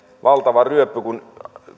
valtava ryöppy kun